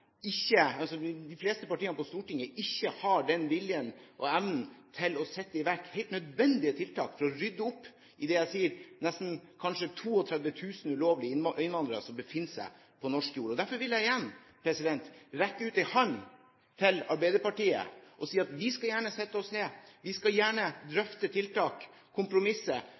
de fleste partiene på Stortinget ikke har viljen og evnen til å sette i verk helt nødvendige tiltak for å rydde opp i det jeg sier, at kanskje nesten 32 000 ulovlige innvandrere befinner seg på norsk jord. Derfor vil jeg igjen rekke ut en hånd til Arbeiderpartiet og si at vi skal gjerne sette oss ned, vi skal gjerne drøfte tiltak